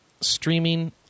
streaming